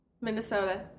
Minnesota